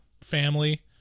family